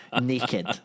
naked